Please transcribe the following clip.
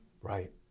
right